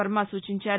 వర్న సూచించారు